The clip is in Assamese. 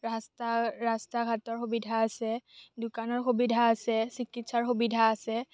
ৰাস্তা ৰাস্তা ঘাটৰ সুবিধা আছে দোকানৰ সুবিধা আছে চিকিৎসাৰ সুবিধা আছে